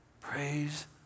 Praise